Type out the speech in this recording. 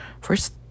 first